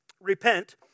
repent